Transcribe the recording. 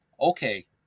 Okay